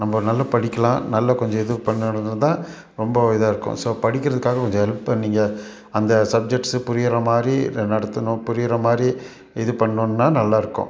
நம்ம நல்லா படிக்கலாம் நல்லா கொஞ்சம் இது பண்ணிருந்தா ரொம்ப இதாகியிருக்கும் ஸோ படிக்கிறதுக்காக கொஞ்சம் ஹெல்ப் பண்ணிங்க அந்த சப்ஜெக்ட்ஸ்ஸு புரிகிற மாதிரி நடத்துணும் புரிகிற மாதிரி இது பண்ணுனோனா நல்லா இருக்கும்